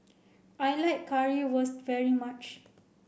I like Currywurst very much